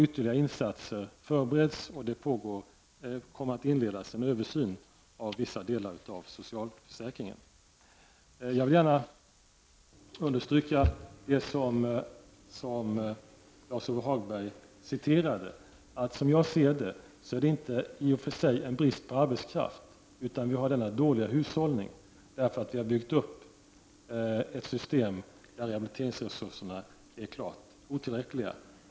Ytterligare insatser förbereds, och det kommer att inledas en översyn av vissa delar av socialförsäkringen. Jag vill gärna understryka det som Lars-Ove Hagberg citerade. Som jag ser det, är det i och för sig inte fråga om en brist på arbetskraft, utan det är fråga om dålig hushållning på grund av att ett system har byggts upp där rehabiliteringsresurserna är klart otillräckliga.